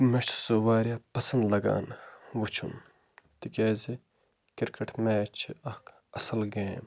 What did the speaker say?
مےٚ چھُ سُہ واریاہ پَسنٛد لَگان وٕچھُن تِکیٛازِ کِرکَٹ میچ چھِ اکھ اَصٕل گیم